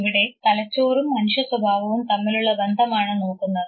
ഇവിടെ തലച്ചോറും മനുഷ്യ സ്വഭാവവും തമ്മിലുള്ള ബന്ധമാണ് നോക്കുന്നത്